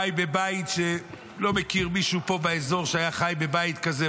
חי בבית שאני לא מכיר מישהו פה באזור שהיה חי בבית כזה,